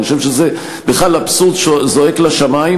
אני חושב שזה בכלל אבסורד שזועק לשמים,